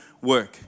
work